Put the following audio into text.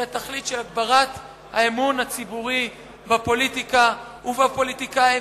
זאת התכלית של הגברת האמון הציבורי בפוליטיקה ובפוליטיקאים.